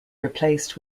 replaced